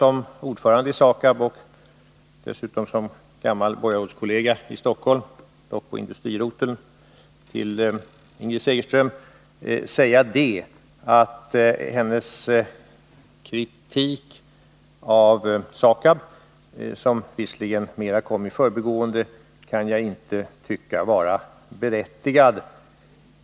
Som ordförande i SAKAB och dessutom som gammal borgarrådskollega till Ingrid Segerström i Stockholm, dock på industriroteln, vill jag till Ingrid Segerström säga att jag inte tycker att hennes kritik av SAKAB -— låt vara att hon levererade den mera i förbigående — var berättigad.